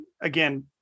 again